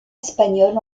espagnol